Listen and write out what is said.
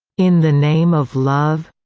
in the name of love,